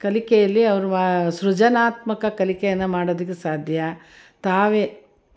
ಕಲಿಕೆಯಲ್ಲಿ ಅವ್ರ ವ ಸೃಜನಾತ್ಮಕ ಕಲಿಕೇನ ಮಾಡೋದಕ್ಕೆ ಸಾಧ್ಯ ತಾವೆ